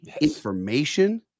information